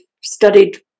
studied